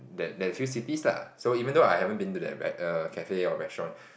that that few cities lah so even though I haven't been to that err cafe or restaurant